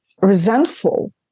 resentful